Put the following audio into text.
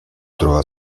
trova